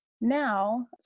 now